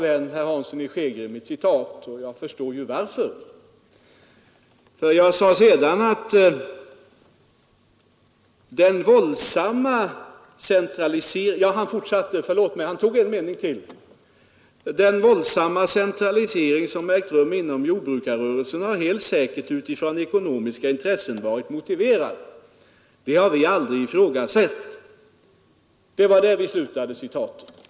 Vidare sade jag: ”Den våldsamma centralisering som ägt rum inom jordbruksrörelsen har helt säkert utifrån ekonomiska intressen varit motiverad. Det har vi aldrig ifrågasatt.” Där slutade min gamle vän herr Hansson i Skegrie att citera, och jag förstår varför.